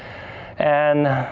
and